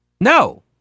No